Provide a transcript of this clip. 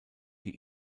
die